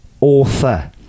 author